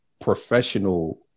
professional